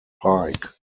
pike